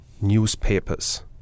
newspapers